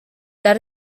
that